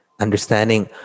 understanding